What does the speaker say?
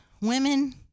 women